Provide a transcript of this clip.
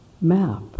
map